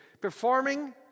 performing